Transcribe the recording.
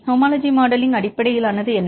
homology modelling அடிப்படையிலானது என்ன